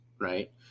right